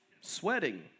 Sweating